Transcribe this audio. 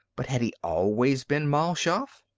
but had he always been mal shaff?